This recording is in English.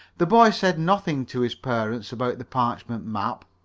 the boy said nothing to his parents about the parchment map.